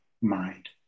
mind